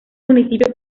municipio